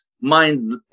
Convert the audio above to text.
mind